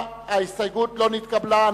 ההסתייגות לא נתקבלה.